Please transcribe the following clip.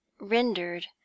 rendered